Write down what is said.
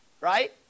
Right